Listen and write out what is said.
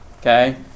Okay